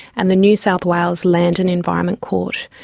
and the new south wales land and environment court.